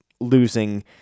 losing